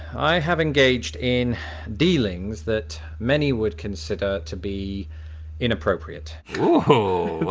i have engaged in dealings that many would consider to be inappropriate. woo-ho, wow.